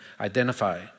identify